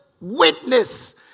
witness